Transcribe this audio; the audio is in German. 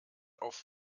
auf